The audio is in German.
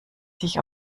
sich